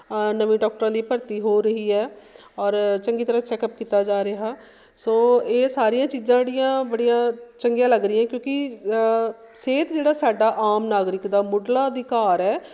ਨਵੀਂ ਡੋਕਟਰਾਂ ਦੀ ਭਰਤੀ ਹੋ ਰਹੀ ਹੈ ਔਰ ਚੰਗੀ ਤਰ੍ਹਾਂ ਚੈੱਕਅਪ ਕੀਤਾ ਜਾ ਰਿਹਾ ਸੋ ਇਹ ਸਾਰੀਆਂ ਚੀਜ਼ਾਂ ਜਿਹੜੀਆਂ ਬੜੀਆਂ ਚੰਗੀਆਂ ਲੱਗ ਰਹੀਆਂ ਕਿਉਂਕਿ ਸਿਹਤ ਜਿਹੜਾ ਸਾਡਾ ਆਮ ਨਾਗਰਿਕ ਦਾ ਮੁੱਢਲਾ ਅਧਿਕਾਰ ਹੈ